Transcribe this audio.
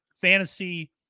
fantasy